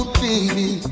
baby